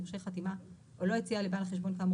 מורשה חתימה או לא הציע לבעל חשבון כאמור